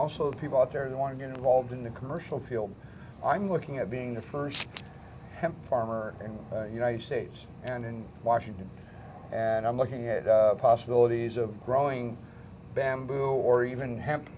also people out there who want to get involved in the commercial field i'm looking at being the first farmer in the united states and in washington and i'm looking at possibilities of growing bamboo or even hemp